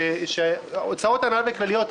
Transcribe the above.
הוצאות הנהלה וכלליות,